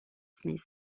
smith